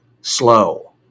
slow